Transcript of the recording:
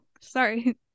Sorry